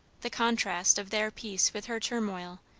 the contrast of their peace with her turmoil,